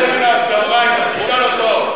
תשאל את הרב שלך, מדאורייתא, תשאל אותו.